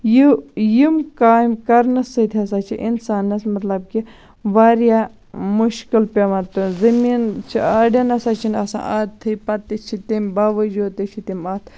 یہِ یِم کامہِ کَرنَس سۭتۍ ہَسا چھِ اِنسانَس مَطلَب کہِ واریاہ مُشکِل پیٚوان تُلن زٔمیٖن چھِ اَڑٮ۪ن نَسا چھُنہٕ آسان عادتھٕے پَتہٕ چھِ تِم باوجود تہِ چھِ تِم اتھ